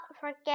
forget